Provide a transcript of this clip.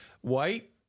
white